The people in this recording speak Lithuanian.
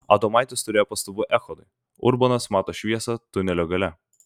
adomaitis turėjo pastabų echodui urbonas mato šviesą tunelio gale